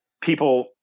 people